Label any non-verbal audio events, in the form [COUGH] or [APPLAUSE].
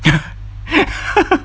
[LAUGHS]